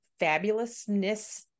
fabulousness